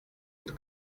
the